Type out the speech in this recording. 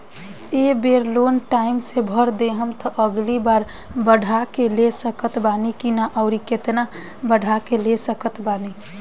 ए बेर loan time से भर देहम त अगिला बार बढ़ा के ले सकत बानी की न आउर केतना बढ़ा के ले सकत बानी?